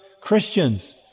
Christians